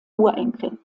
urenkel